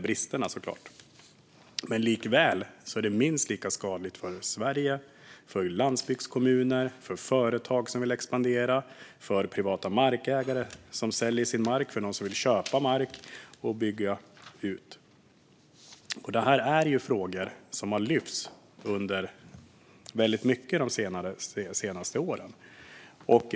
Men det är likväl minst lika skadligt för Sverige, för landsbygdskommuner, för företag som vill expandera, för privata markägare som säljer sin mark och för dem som vill köpa mark och bygga ut. Detta är frågor som har lyfts väldigt mycket de senaste åren.